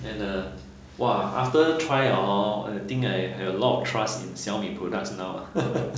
and the !wah! after try 了 hor I think I have a lot of trust in Xiaomi products now lah